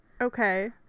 Okay